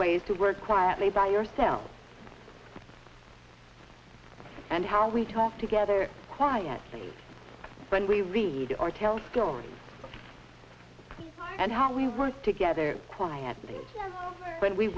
ways to work quietly by yourself it's and how we talk together quietly when we read or tell stories and how we work together quietly when we